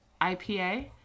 IPA